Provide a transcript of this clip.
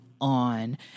on